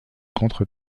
contre